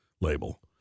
label